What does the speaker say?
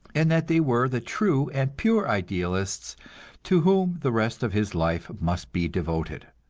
and that they were the true and pure idealists to whom the rest of his life must be devoted.